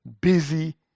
busy